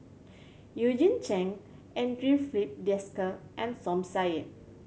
Eugene Chen Andre Filipe Desker and Som Said